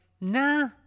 nah